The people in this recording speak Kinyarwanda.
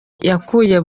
yakuye